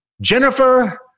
Jennifer